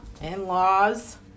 in-laws